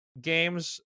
games